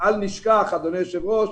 אל נשכח אדוני היושב ראש